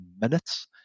minutes